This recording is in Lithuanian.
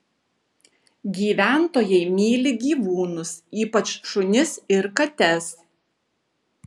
gyventojai myli gyvūnus ypač šunis ir kates